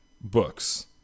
books